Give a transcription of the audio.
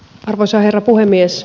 arvoisa herra puhemies